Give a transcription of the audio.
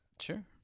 Sure